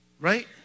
Right